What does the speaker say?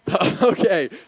Okay